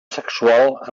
sexual